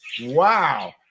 wow